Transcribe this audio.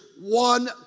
one